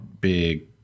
Big